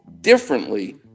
differently